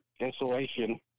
insulation